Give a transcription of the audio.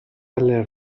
alle